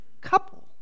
couple